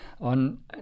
on